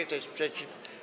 Kto jest przeciw?